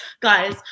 Guys